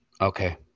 Okay